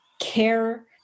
care